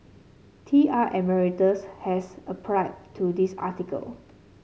T R Emeritus has to this article